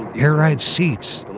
air-ride seats.